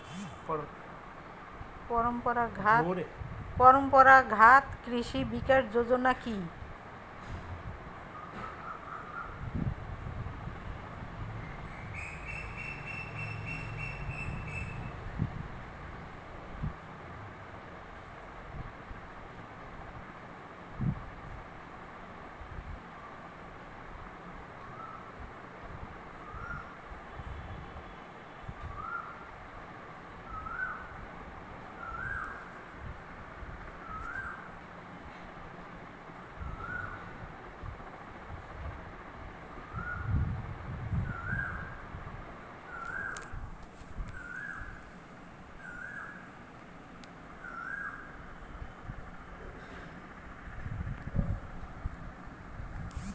পরম্পরা ঘাত কৃষি বিকাশ যোজনা কি?